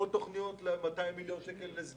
היו עוד תכניות של 200 מיליון שקל.